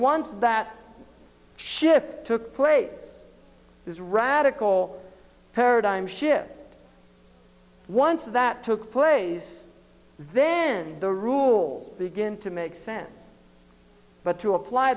once that shift took place this radical paradigm shift once that took place then the rule begin to make sense but to apply